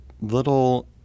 little